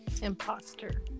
imposter